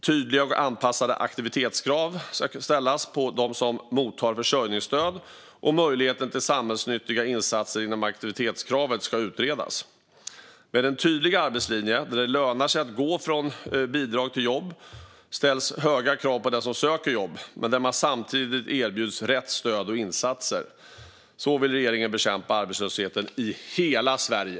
Tydliga och anpassade aktivitetskrav ska ställas på dem som mottar försörjningsstöd, och möjligheten till samhällsnyttiga insatser inom aktivitetskravet ska utredas. Med en tydlig arbetslinje - där det lönar sig att gå från bidrag till jobb och ställs höga krav på den som söker jobb men där man samtidigt erbjuds rätt stöd och insatser - vill regeringen bekämpa arbetslösheten i hela Sverige.